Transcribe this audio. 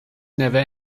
never